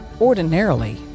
ordinarily